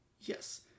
Yes